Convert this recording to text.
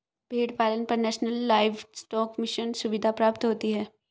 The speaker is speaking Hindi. भेड़ पालन पर नेशनल लाइवस्टोक मिशन सुविधा प्राप्त होती है